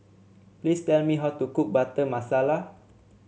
please tell me how to cook Butter Masala